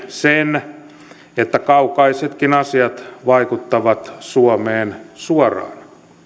sen että kaukaisetkin asiat vaikuttavat suomeen suoraan